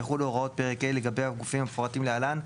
יחולו הוראות פרק ה' לגבי הגופים המפורטים להלן,